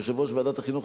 יושב-ראש ועדת החינוך,